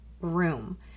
room